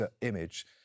image